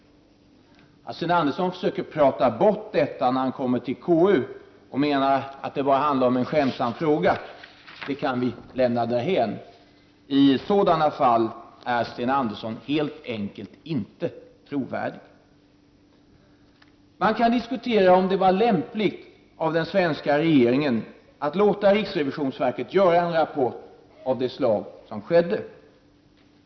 Att Sten Andersson försökte tala bort detta när han kom till KU och menade att det bara handlade om en skämtsam fråga kan vi lämna därhän. I sådana fall är Sten Andersson helt enkelt inte trovärdig. Man kan diskutera om det var lämpligt av den svenska regeringen att låta riksrevisionsverket göra en rapport av det slag som skedde.